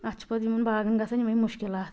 اَتھ چھِ پَتہٕ یِمَن باغَن گَژھان یِمٔے مشکلات